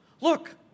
Look